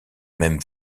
même